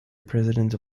president